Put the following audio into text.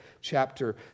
chapter